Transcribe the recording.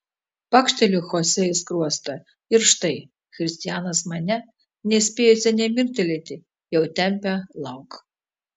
pakšteliu chosė į skruostą ir štai kristianas mane nespėjusią nė mirktelėti jau tempia lauk